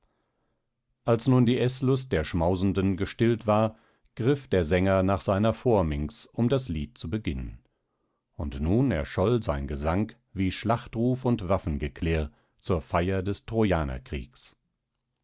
als nun die eßlust der schmausenden gestillt war griff der sänger nach seiner phorminx um das lied zu beginnen und nun erscholl sein gesang wie schlachtruf und waffengeklirr zur feier des